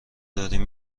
داریم